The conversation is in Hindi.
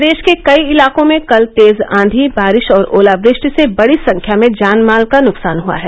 प्रदेश के कई इलाकों में कल तेज आंधी बारिश और ओलावृष्टि से बड़ी संख्या में जानमाल का नुकसान हुआ है